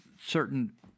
certain